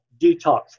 detox